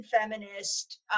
feminist